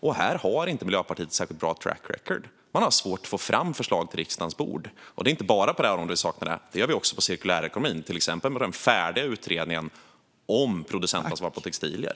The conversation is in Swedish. Och här har inte Miljöpartiet särskilt bra track record. Man har svårt att få fram förslag till riksdagens bord. Och det är inte bara på det här området vi saknar det, utan det gör vi också när det gäller cirkulärekonomin, till exempel den färdiga utredningen om producentansvar för textilier.